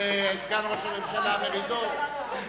גם סגן ראש הממשלה מרידור פה.